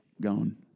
gone